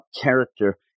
character